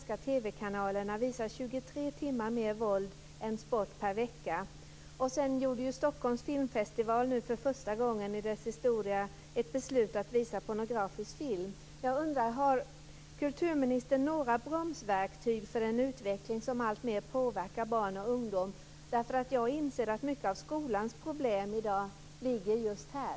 kanalerna visar 23 timmar mer våld än sport per vecka. Stockholms filmfestival fattade nu för första gången i sin historia beslutet att visa pornografisk film. Har kulturministern några bromsverktyg för den utveckling som alltmer påverkar barn och ungdom? Jag inser att mycket av skolans problem i dag ligger just här.